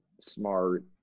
smart